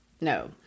No